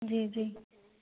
जी जी